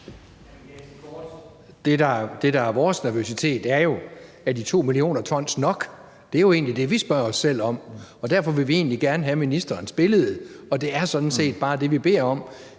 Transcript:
Det, vi er nervøse for, er jo, om de 2 mio. t er nok. Det er jo egentlig det, vi spørger om. Derfor vil vi gerne have ministerens billede – det er sådan set bare det, vi beder om